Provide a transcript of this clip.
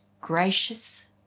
gracious